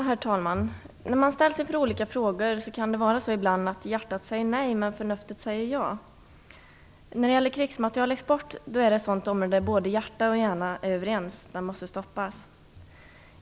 Herr talman! När man ställs inför olika frågor kan det ibland vara så att hjärtat säger nej men förnuftet säger ja. Men när det gäller krigsmaterielexport är både hjärta och hjärna överens: den måste stoppas!